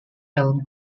elm